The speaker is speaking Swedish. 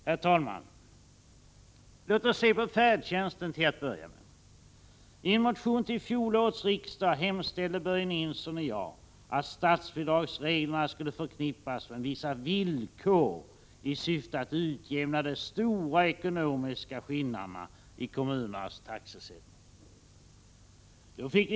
Herr talman! Låt oss till att börja med se på färdtjänsten. I en motion till fjolårets riksdag hemställde Börje Nilsson och jag att statsbidragsreglerna skulle förknippas med vissa villkor i syfte att utjämna de stora ekonomiska skillnaderna i kommunernas taxesättning.